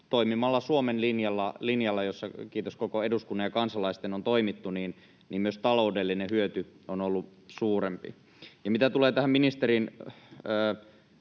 toimimalla Suomen linjalla — jolla, kiitos koko eduskunnan ja kansalaisten, on toimittu — myös taloudellinen hyöty on ollut suurempi. Mitä tulee tähän ministerin